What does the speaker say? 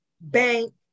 bank